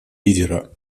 лидера